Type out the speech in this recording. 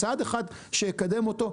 צעד אחד שיקדם אותו.